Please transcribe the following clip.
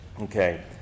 Okay